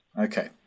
Okay